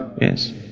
yes